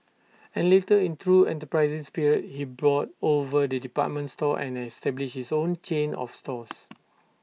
and later in true enterprising spirit he brought over the department store and established his own chain of stores